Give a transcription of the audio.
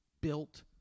built